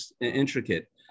intricate